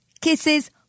Kisses